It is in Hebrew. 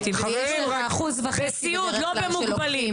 לא במוגבלים.